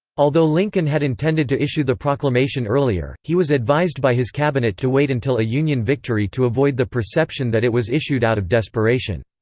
although lincoln had intended to issue the proclamation earlier, he was advised by his cabinet to wait until a union victory to avoid the perception that it was issued out of desperation.